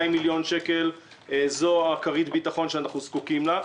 מיליון שקל היא כרית הביטחון שאנחנו זקוקים לה.